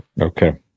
Okay